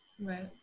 Right